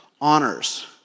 honors